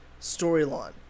storyline